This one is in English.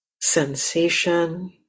sensation